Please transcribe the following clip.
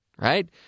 right